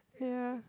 ya